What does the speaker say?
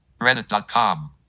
Reddit.com